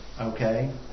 okay